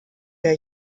der